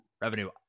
revenue